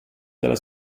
della